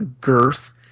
girth